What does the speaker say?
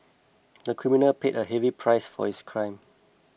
the criminal paid a heavy price for his crime